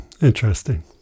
Interesting